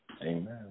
Amen